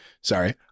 sorry